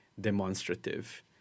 Demonstrative